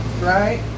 Right